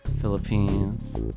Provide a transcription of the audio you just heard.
Philippines